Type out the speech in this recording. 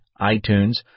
iTunes